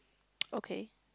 okay